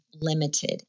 limited